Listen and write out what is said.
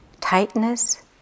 tightness